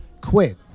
quit